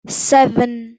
seven